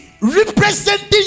representing